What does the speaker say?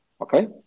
okay